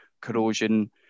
corrosion